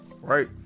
Right